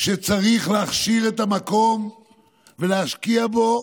שצריך להכשיר את המקום ולהשקיע בו?